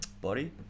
body